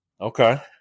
Okay